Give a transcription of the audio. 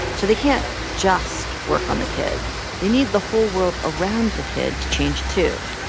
so they can't just work on the kids. they need the whole world around the kid to change, too,